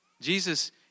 Jesus